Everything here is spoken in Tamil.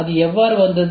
அது எவ்வாறு வந்தது